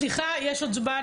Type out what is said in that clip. סליחה, יש עוד זמן.